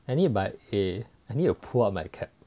I mean but eh I need to pull up my CAP